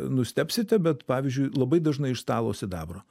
nustebsite bet pavyzdžiui labai dažnai iš stalo sidabro